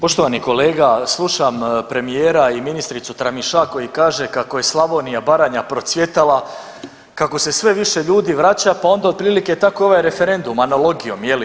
Poštovani kolega slušam premijera i ministricu Tramišak koji kaže kako je Slavonija, Baranja procvjetala, kao se sve više ljudi vraća pa onda otprilike tako i ovaj referendum analogijom je li.